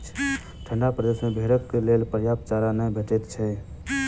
ठंढा प्रदेश मे भेंड़क लेल पर्याप्त चारा नै भेटैत छै